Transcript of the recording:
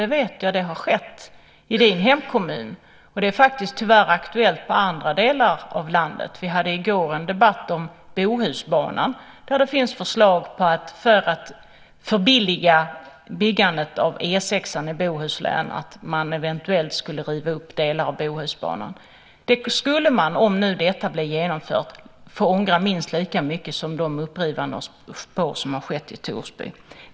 Det vet jag har skett i din hemkommun, och det är tyvärr aktuellt i andra delar av landet. Vi hade i går en debatt om Bohusbanan. Det finns förslag på att, för att förbilliga byggandet av E 6 i Bohuslän, eventuellt riva upp Bohusbanan. Om det blir genomfört skulle man få ångra det minst lika mycket som de spår som har rivits upp i Torsby.